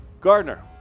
Gardner